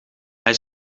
hij